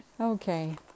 Okay